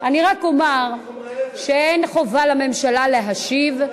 אני רק אומר שאין חובה לממשלה להשיב.